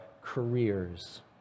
careers